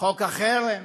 חוק החרם,